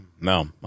no